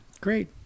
Great